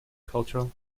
cultural